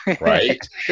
Right